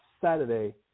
Saturday